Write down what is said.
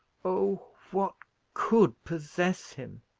oh, what could possess him?